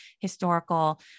historical